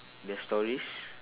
there's stories